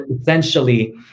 essentially